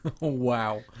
Wow